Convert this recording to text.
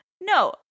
No